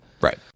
Right